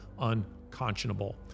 unconscionable